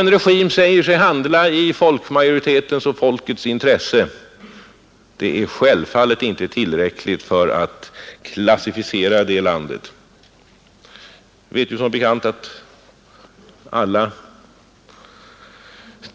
Att regimen säger sig handla i folkmajoritetens intresse är självfallet inte tillräckligt för att klassificera ett land. Alla